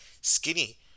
skinny